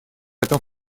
этом